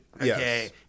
okay